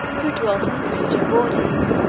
who dwelt on the christian borders,